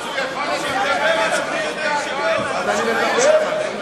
הוא לא יכול לדבר על זה.